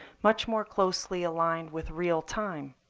much more closely aligned with real time.